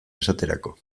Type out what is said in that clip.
esaterako